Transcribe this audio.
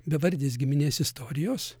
bevardės giminės istorijos